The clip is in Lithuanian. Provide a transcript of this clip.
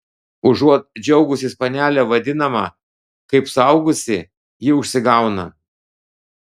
užuot džiaugusis panele vadinama kaip suaugusi ji užsigauna